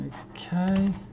Okay